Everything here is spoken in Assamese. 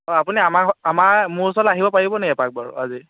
হয় আপুনি আমাৰ ঘৰ আমাৰ মোৰ ওচৰলৈ আহিব পাৰিব নি এপাক বাৰু আজি